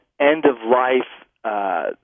end-of-life